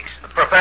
Professor